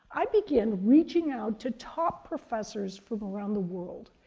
i begin reaching out to top professors from around the world,